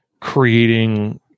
creating